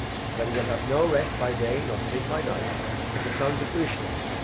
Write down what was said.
that he will have no rest by day nor sleep by night if the sons of uisnech,